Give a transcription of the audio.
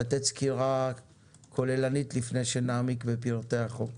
לתת סקירה כוללנית לפני שנעמיק בפרטי החוק.